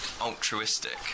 altruistic